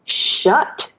shut